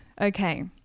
Okay